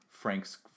Frank's